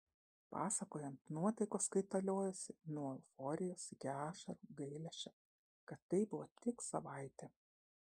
pasakojant nuotaikos kaitaliojosi nuo euforijos iki ašarų gailesčio kad tai buvo tik savaitė